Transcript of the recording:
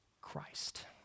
Christ